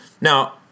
now